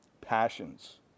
passions